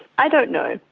i don't know,